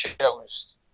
shows